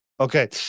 Okay